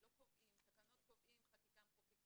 אני לא חושב, שהפיקוח צריך לגבור על המהות בהקשר